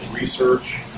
research